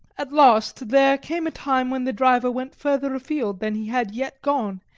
at last there came a time when the driver went further afield than he had yet gone,